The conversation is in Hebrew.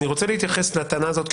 אני רוצה להתייחס לטענה הזאת,